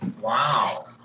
Wow